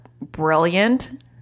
brilliant